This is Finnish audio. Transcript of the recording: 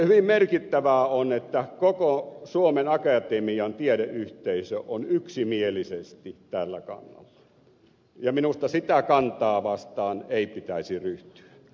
hyvin merkittävää on että koko suomen akatemian tiedeyhteisö on yksimielisesti tällä kannalla ja minusta sitä kantaa vastaan ei pitäisi ryhtyä toimiin